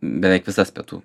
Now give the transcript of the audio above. beveik visas pietų